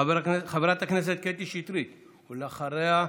חברת הכנסת קטי שטרית, ואחריה,